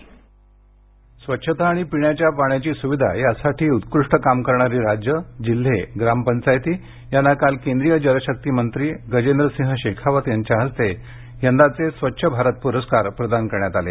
स्वच्छ भारत परस्कार स्व्छता आणि पिण्याच्या पाण्याची सुविधा यासाठी उत्कृष्ट काम करणारी राज्यं जिल्हे ग्रामपंचायती यांना काल केंद्रीय जलशक्ती मंत्री गजेंद्र सिंह शेखावत यांच्या हस्ते यंदाचे स्वच्छ भारत पुरस्कार प्रदान करण्यात आले